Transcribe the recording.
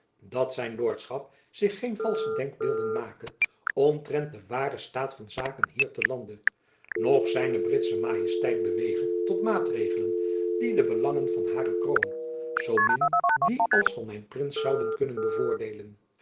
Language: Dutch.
dat zijn lordschap zich geen valsche denkbeelden make omtrent den waren staat van zaken hier te lande noch zijne britsche majesteit bewege tot maatregelen die de belangen van hare kroon zoo min die van mijn prins zouden kunnen bevoordeelen